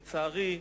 לצערי,